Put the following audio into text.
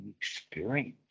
experience